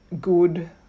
good